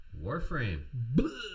Warframe